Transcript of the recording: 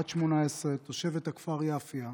בת 18, תושבת הכפר יפיע,